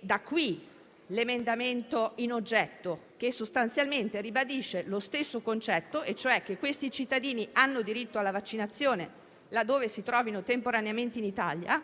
Da qui l'emendamento in oggetto, che sostanzialmente ribadisce lo stesso concetto, ossia che questi cittadini hanno diritto alla vaccinazione laddove si trovino temporaneamente in Italia.